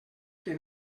que